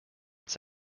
its